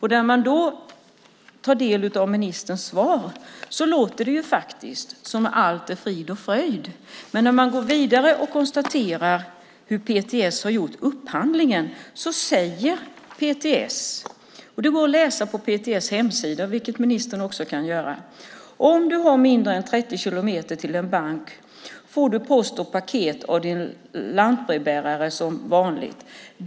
I ministerns svar låter det som om allt är frid och fröjd. Men man kan se på hur PTS har gjort upphandlingen. På PTS hemsida skriver man: "Om du har mindre än 30 km till en bank får du post och paket av din lantbrevbärare som vanligt.